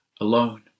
alone